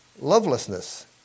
Lovelessness